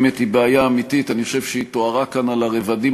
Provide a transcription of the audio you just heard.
לפחות חלק מחברי הכנסת כאן שמייצגים את הציבור הערבי,